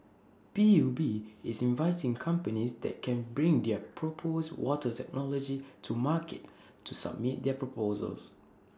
P U B is inviting companies that can bring their proposed water technology to market to submit their proposals